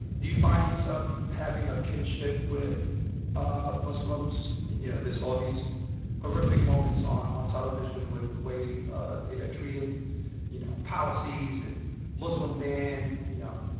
do you find yourself having a kinship with ah muslims? you know, there's all these horrific moments on ah television with the way ah they're ah treated you know, policies and muslim bans. you know,